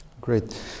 Great